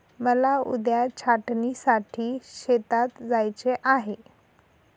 मला उद्या छाटणीसाठी शेतात जायचे आहे